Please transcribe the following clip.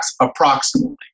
approximately